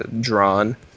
drawn